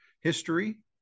history